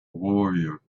warrior